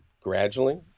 gradually